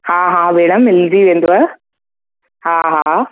हा हा भेण मिलिजी वेंदव